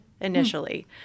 initially